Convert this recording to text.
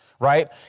right